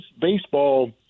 baseball